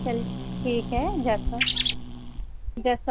چل ٹھیک ہے جیسا جس